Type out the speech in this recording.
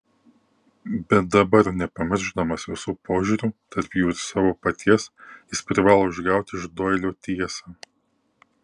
bet dabar nepamiršdamas visų požiūrių tarp jų ir savo paties jis privalo išgauti iš doilio tiesą